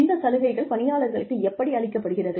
இந்த சலுகைகள் பணியாளர்களுக்கு எப்படி அளிக்கப்படுகிறது